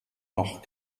noch